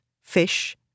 fish